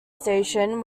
station